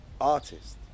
artist